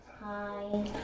Hi